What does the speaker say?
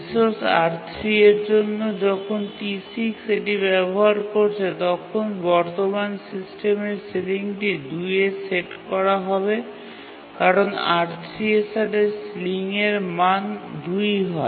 resource R3 এর জন্য যখন T6 এটি ব্যবহার করছে তখন বর্তমান সিস্টেমের সিলিংটি ২ এ সেট করা হবে কারণ R3 এর সাথে সিলিংয়ের মান ২ হয়